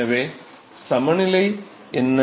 எனவே வெப்ப சமநிலை என்ன